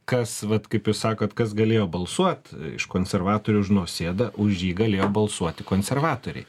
kas vat kaip jūs sakot kas galėjo balsuot iš konservatorių už nausėdą už jį galėjo balsuoti konservatoriai